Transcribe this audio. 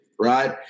right